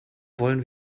wollen